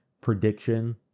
prediction